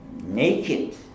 naked